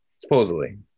supposedly